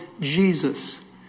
Jesus